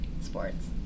sports